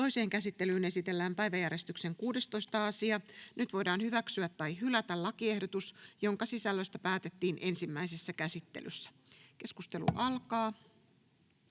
Toiseen käsittelyyn esitellään päiväjärjestyksen 10. asia. Nyt voidaan hyväksyä tai hylätä lakiehdotus, jonka sisällöstä päätettiin ensimmäisessä käsittelyssä. — Keskustelua.